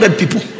people